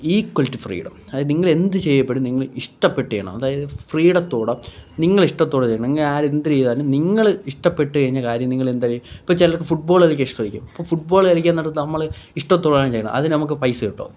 equal to freedom അത് നിങ്ങളെന്ത് ചെയ്യപ്പെടും നിങ്ങള് ഇഷ്ടപ്പെട്ട് ചെയ്യണം അതായത് ഫ്രീഡത്തോടെ നിങ്ങളിഷ്ടത്തോടെ ചെയ്യണം നിങ്ങളെ ആര് എന്തര് ചെയ്താലും നിങ്ങള് ഇഷ്ടപ്പെട്ടുകഴിഞ്ഞ കാര്യം നിങ്ങളെന്തര് ഇപ്പോള് ചിലർക്ക് ഫുട്ബോള് കളിക്കാൻ ഇഷ്ടമായിരിക്കും അപ്പോള് ഫുട്ബോള് കളിക്കുന്നിടത്ത് നമ്മള് ഇഷ്ടത്തോടെയാണ് ചെല്ലുന്നത് അതിന് നമുക്ക് പൈസ കിട്ടുമോ